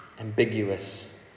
ambiguous